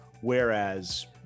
Whereas